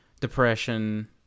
depression